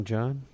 John